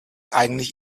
eigentlich